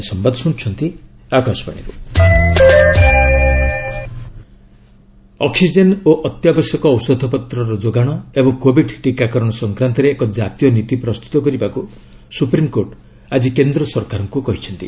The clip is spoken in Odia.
ଏସ୍ସି କୋବିଡ୍ ଅକ୍ନିଜେନ୍ ଓ ଅତ୍ୟାବଶ୍ୟକ ଔଷଧପତ୍ରର ଯୋଗାଣ ଏବଂ କୋବିଡ୍ ଟିକାକରଣ ସଂକ୍ରାନ୍ତରେ ଏକ ଜାତୀୟ ନୀତି ପ୍ରସ୍ତୁତ କରିବାକୁ ସୁପ୍ରିମ୍କୋର୍ଟ ଆକି କେନ୍ଦ୍ର ସରକାରଙ୍କୁ କହିଛନ୍ତି